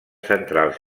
centrals